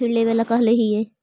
फिर लेवेला कहले हियै?